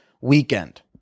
weekend